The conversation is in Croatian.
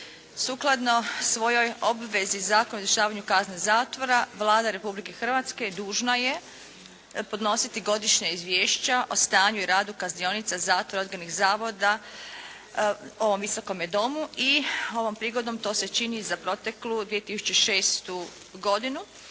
Sukladno svojoj obvezi Zakona o izvršavanju kazne zatvora Vlada Republike Hrvatske dužna je podnositi godišnja izvješća o stanju i radu kaznionica, zatvora, odgojnih zavoda ovome Visokome domu. I ovom prigodom to se čini za proteklu 2006. godinu.